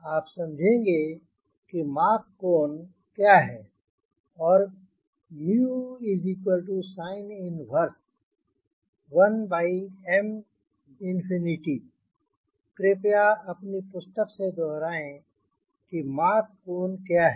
आप समझेंगे की मॉक कोन क्या है और sin 11M∞ कृपया अपनी पुस्तक से दोहराएँ कि मॉक कोन क्या है